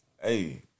Hey